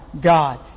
God